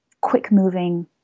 quick-moving